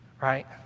Right